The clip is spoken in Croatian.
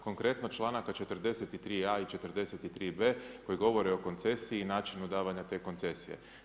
Konkretno čl. 43a. i 43b. koji govore o koncesiji i načinu davanja te koncesije.